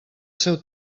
seu